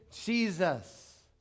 Jesus